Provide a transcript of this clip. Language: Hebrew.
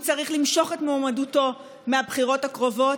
הוא צריך למשוך את מועמדותו בבחירות הקרובות